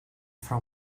for